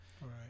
Right